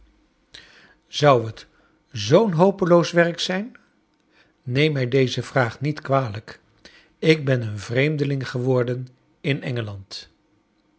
zou het zoo'n hopeloos werk zijn neem mij deze vraag niet kwalijk ik ben een vreemdeling geworden in engeland